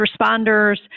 responders